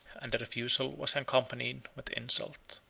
and the refusal was accompanied with insult.